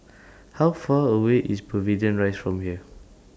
How Far away IS Pavilion Rise from here